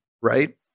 right